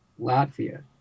Latvia